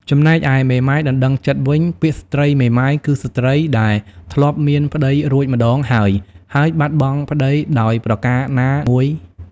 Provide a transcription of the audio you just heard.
ចំណែកឯមេម៉ាយដណ្ដឹងចិត្តវិញ ពាក្យស្ត្រីមេម៉ាយគឺស្ត្រីដែលធ្លាប់មានប្ដីរួចម្ដងហើយៗបាត់បង់ប្ដីដោយប្រការណាមួយ ។